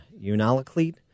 Unalakleet